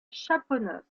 chaponost